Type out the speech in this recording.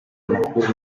makuru